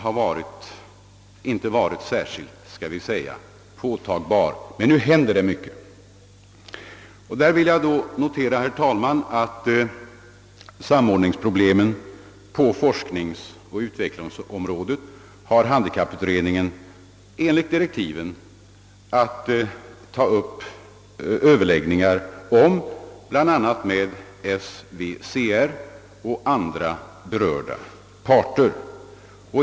Jag vill notera, herr talman, att utredningen enligt direktiven har att ta upp överläggningar om samordningsproblemen på forskningsoch utvecklingsområdet med bl.a. SVCR och andra berörda parter.